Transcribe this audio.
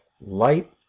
light